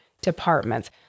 departments